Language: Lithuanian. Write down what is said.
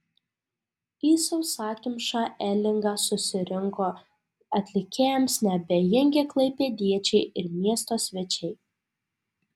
į sausakimšą elingą susirinko atlikėjams neabejingi klaipėdiečiai ir miesto svečiai